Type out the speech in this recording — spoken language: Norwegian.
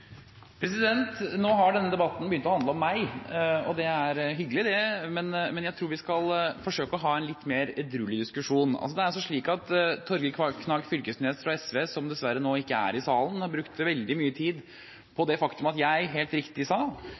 det er hyggelig, det, men jeg tror vi skal forsøke å ha en litt mer edruelig diskusjon. Torgeir Knag Fylkesnes fra SV, som dessverre ikke er i salen nå, brukte veldig mye tid på det faktum at jeg – helt riktig – sa